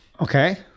Okay